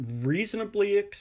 reasonably